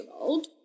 old